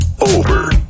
over